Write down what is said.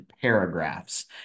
paragraphs